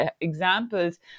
examples